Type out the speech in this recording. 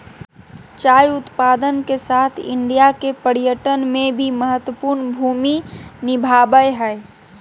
चाय उत्पादन के साथ साथ इंडिया के पर्यटन में भी महत्वपूर्ण भूमि निभाबय हइ